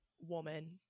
woman